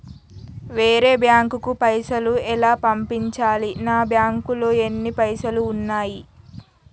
వేరే బ్యాంకుకు పైసలు ఎలా పంపించాలి? నా బ్యాంకులో ఎన్ని పైసలు ఉన్నాయి?